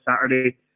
Saturday